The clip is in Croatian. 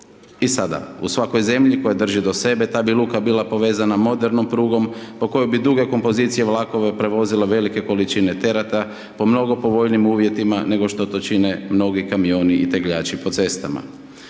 I sada u svakoj zemlji koja drži do sebe, ta bi luka bila povezana modernom prugom, po kojoj bi duge kompozicije vlakove prevozile velike količine tereta, po mnogo povoljnijim uvjetima, nego što to čine mnogi kamioni i tegljači po cestama.